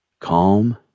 Calm